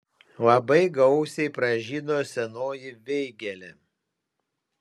labai gausiai pražydo senoji veigelė